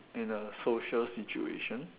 in a social situation